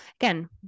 Again